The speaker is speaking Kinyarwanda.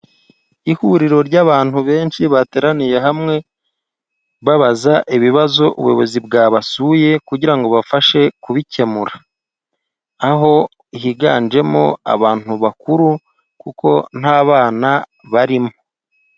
Ihuriro ry'abantu benshi bateraniye hamwe, babaza ibibazo ubuyobozi bwabasuye, kugira ngo bubafashe kubikemura. Aho higanjemo abantu bakuru kuko nta bana barimo.